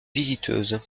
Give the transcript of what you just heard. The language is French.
visiteuse